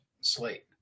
slate